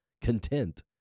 content